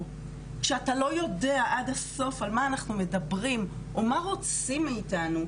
ושואלת את עצמי מה למדנו בשבע השנים האלה,